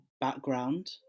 background